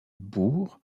boers